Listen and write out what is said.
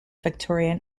victorian